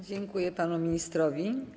Dziękuję panu ministrowi.